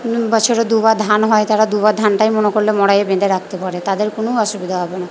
বছরে দুবার ধান হয় তারা দুবার ধানটাই মনে করলে মড়াইয়ে বেঁধে রাখতে পারে তাদের কোন অসুবিধা হবে না